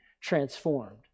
transformed